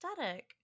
aesthetic